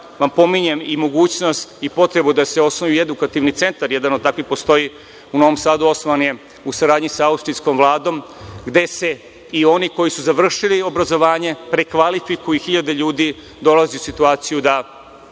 vam pominjem i mogućnost i potrebu da se osnuje i edukativni centar, jedan od takvih postoji u Novom Sadu, osnovan je u saradnji sa austrijskom vladom, gde se i oni koji su završili obrazovanje prekvalifikuju i hiljade ljudi dolazi u situaciju da